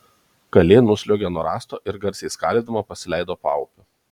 kalė nusliuogė nuo rąsto ir garsiai skalydama pasileido paupiu